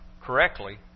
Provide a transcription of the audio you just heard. correctly